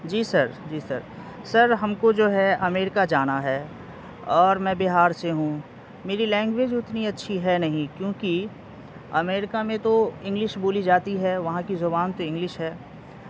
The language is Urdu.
جی سر جی سر سر ہم کو جو ہے امیریکا جانا ہے اور میں بہار سے ہوں میری لینگویج اتنی اچھی ہے نہیں کیونکہ امیریکا میں تو انگلش بولی جاتی ہے وہاں کی زبان تو انگلش ہے